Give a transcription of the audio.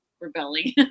rebelling